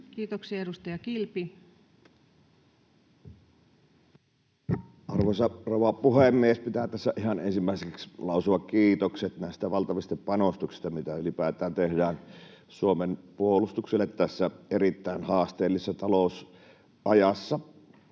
Kiitoksia. — Edustaja Kilpi. Arvoisa rouva puhemies! Pitää tässä ihan ensimmäiseksi lausua kiitokset näistä valtavista panostuksista, mitä ylipäätään tehdään Suomen puolustukselle tässä erittäin haasteellisessa talousajassa.